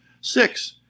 Six